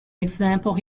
example